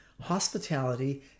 hospitality